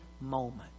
moment